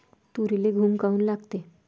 तुरीले घुंग काऊन लागते?